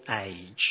age